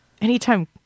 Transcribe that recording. Anytime